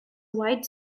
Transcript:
wide